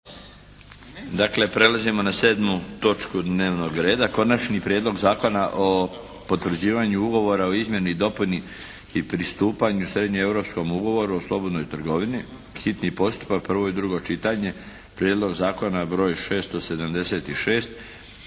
Dakle prelazimo na 7. točku dnevnog reda: - Konačni prijedlog zakona o potvrđivanju ugovora o izmjeni i dopuni i pristupanju srednjoeuropskom ugovoru o slobodnoj trgovini, hitni postupak, prvo i drugo čitanje, P.Z. br. 676